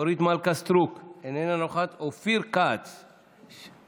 אורית מלכה סטרוק, איננה נוכחת, אופיר כץ מוותר,